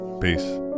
peace